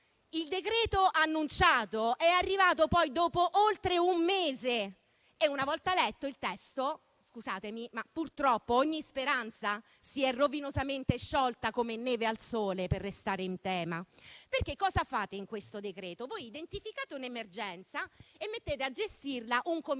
Il decreto-legge annunciato è arrivato dopo oltre un mese e, una volta letto il testo, scusatemi, ma purtroppo ogni speranza si è rovinosamente sciolta come neve al sole, per restare in tema. Cosa fate infatti con questo decreto-legge? Voi identificate un'emergenza e mettete a gestirla un commissario